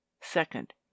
Second